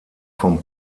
vom